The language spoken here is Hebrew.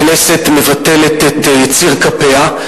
הכנסת מבטלת את יציר כפיה,